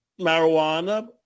marijuana